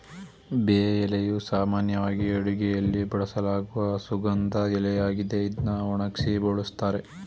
ಬೇ ಎಲೆಯು ಸಾಮಾನ್ಯವಾಗಿ ಅಡುಗೆಯಲ್ಲಿ ಬಳಸಲಾಗುವ ಸುಗಂಧ ಎಲೆಯಾಗಿದೆ ಇದ್ನ ಒಣಗ್ಸಿ ಬಳುಸ್ತಾರೆ